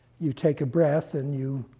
you take a breath. and you